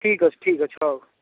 ଠିକ୍ଅଛି ଠିକ୍ଅଛି ହେଉ